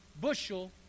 bushel